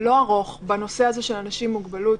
לא ארוך בנושא הזה של אנשים עם מוגבלות.